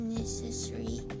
necessary